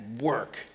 work